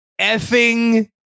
effing